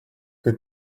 que